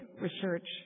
research